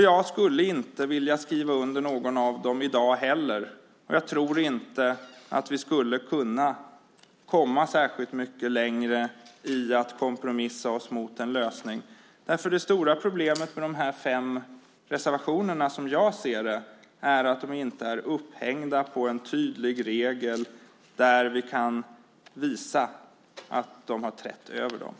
Jag skulle inte vilja skriva under någon av dem i dag heller. Jag tror inte att vi skulle kunna komma särskilt mycket längre i att kompromissa oss mot en lösning. Det stora problemet med de fem reservationerna är, som jag ser det, att de inte är upphängda på en tydlig regel som man kan visa har överträtts.